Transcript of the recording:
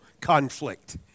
conflict